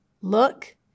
look